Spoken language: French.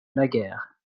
naguère